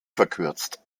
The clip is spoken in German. verkürzt